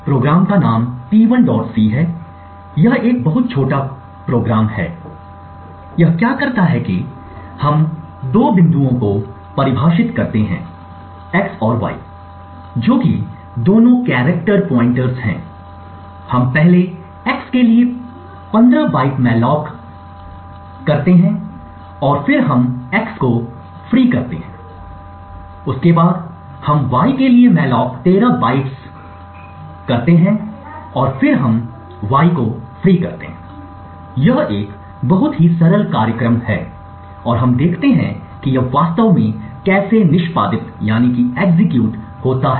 कार्यक्रम को t1c कहा जाता है और यह एक बहुत छोटा कार्यक्रम है यह क्या करता है कि हम दो बिंदुओं को परिभाषित करते हैं x और y दोनों कैरेक्टर पॉइंटरस हैं हम पहले x के लिए 15 बाइट मॉलॉक करते हैं और फिर हम x को मुक्त करते हैं फिर बाद में हम y के लिए मॉलॉक 13 बाइट्स करते हैं और फिर हम y को मुक्त करते हैं यह एक बहुत ही सरल कार्यक्रम है और हम देखते हैं कि यह वास्तव में कैसे निष्पादित होता है